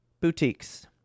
boutiques